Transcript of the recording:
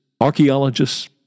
archaeologists